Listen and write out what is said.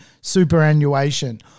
superannuation